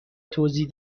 توضیح